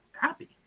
happy